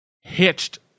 hitched